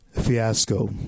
fiasco